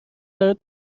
برات